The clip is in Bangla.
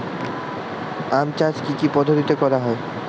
আম চাষ কি কি পদ্ধতিতে করা হয়?